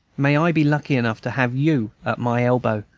may i be lucky enough to have you at my elbow,